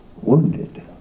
wounded